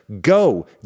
Go